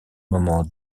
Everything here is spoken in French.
moment